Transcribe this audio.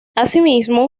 asimismo